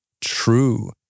true